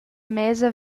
mesa